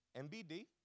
MBD